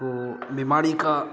को बिमारी का